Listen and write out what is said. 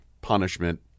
punishment